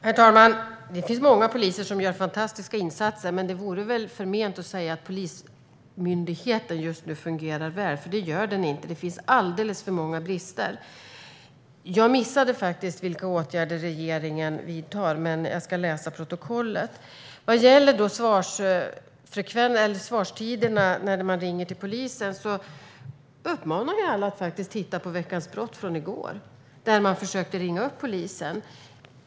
Herr talman! Det finns många poliser som gör fantastiska insatser, men det vore väl förment att säga att polismyndigheten just nu fungerar väl; det gör den inte. Det finns alldeles för många brister. Jag missade faktiskt vilka åtgärder regeringen vidtar, men jag ska läsa protokollet. Vad gäller svarstiderna när man ringer till polisen uppmanar jag alla att titta på Veckans brott från i går, där man försökte ringa upp polisen.